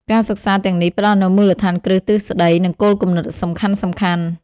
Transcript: ការសិក្សាទាំងនេះផ្តល់នូវមូលដ្ឋានគ្រឹះទ្រឹស្តី និងគោលគំនិតសំខាន់ៗ។